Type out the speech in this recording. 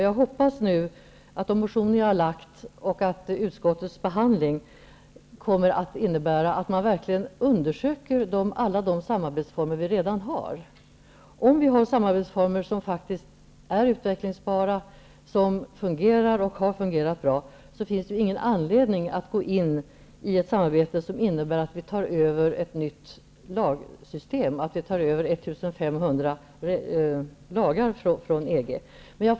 Jag hoppas att de motioner som jag har väckt och utskottets behandling kommer att innebära att alla de samarbetsformer som vi redan har verkligen undersöks. Om vi har samarbetsformer som faktiskt är utvecklingsbara, och som har fungerat bra, finns det ingen anledning till att gå in i ett samarbete som innebär att ett nytt lagsystem övertas -- att 1 500 lagar från EG övertas.